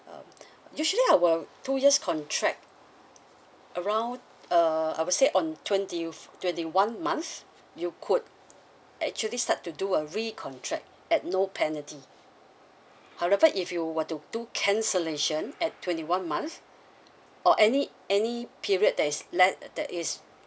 uh usually our two years contract around uh I would say on twentieth twenty one month you could actually start to do a re-contract at no penalty however if you were to do cancellation at twenty one month or any any period that is less that is